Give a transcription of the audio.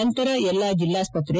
ನಂತರ ಎಲ್ಲ ಜೆಲ್ಲಾಸ್ತತ್ರೆ